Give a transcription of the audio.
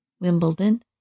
Wimbledon